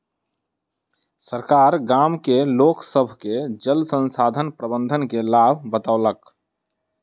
सरकार गाम के लोक सभ के जल संसाधन प्रबंधन के लाभ बतौलक